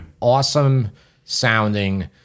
awesome-sounding